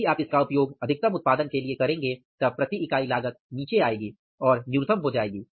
यदि आप इसका उपयोग अधिकतम उत्पादन के लिए करेंगे तब प्रति इकाई लागत नीचे आएगी और न्यूनतम हो जाएगी